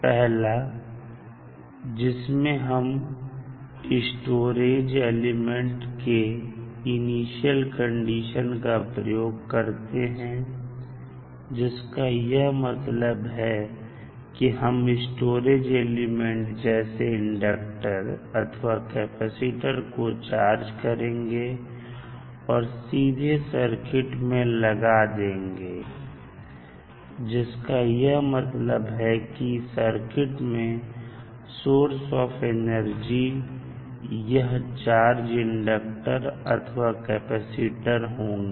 पहला जिसमें हम स्टोरेज एलिमेंट्स के इनिशियल कंडीशन का प्रयोग करते हैं जिस का यह मतलब है कि हम स्टोरेज एलिमेंट जैसे इंडक्टर अथवा कैपेसिटर को चार्ज करेंगे और सीधे सर्किट में लगा देंगे जिस का यह मतलब है कि सर्किट में सोर्स ऑफ एनर्जी सिर्फ यह चार्ज इंडक्टर अथवा कैपेसिटर होंगे